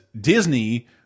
Disney